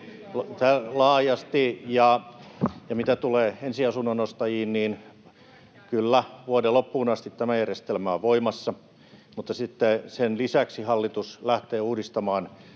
välihuuto] Mitä tulee ensiasunnon ostajiin, niin kyllä, vuoden loppuun asti tämä järjestelmä on voimassa. Sen lisäksi hallitus lähtee uudistamaan